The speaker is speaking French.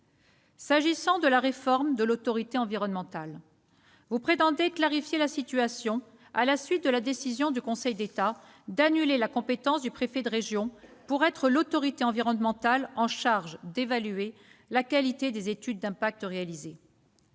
S'agissant de la réforme de l'autorité environnementale, vous prétendez clarifier la situation à la suite de la décision du Conseil d'État d'annuler l'attribution au préfet de région de la compétence d'autorité environnementale responsable de l'évaluation de la qualité des études d'impacts réalisées.